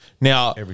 Now